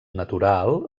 natural